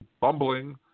bumbling